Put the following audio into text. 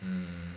mm